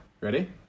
Ready